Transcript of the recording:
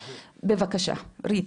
בבקשה, ריטה.